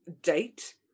date